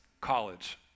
college